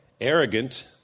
arrogant